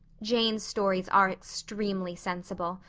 jane's stories are extremely sensible.